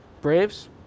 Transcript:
Braves